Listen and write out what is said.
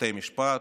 בבתי משפט,